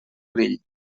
grill